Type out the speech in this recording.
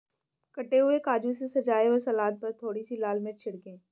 कटे हुए काजू से सजाएं और सलाद पर थोड़ी सी लाल मिर्च छिड़कें